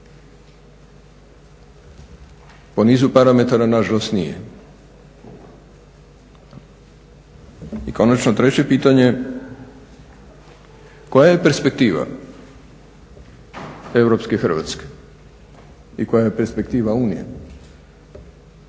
Po nizu parametara nažalost nije. I konačno treće pitanje. Koja je perspektiva europske Hrvatske i koja je perspektiva Unije